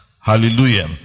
Hallelujah